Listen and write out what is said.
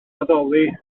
addoli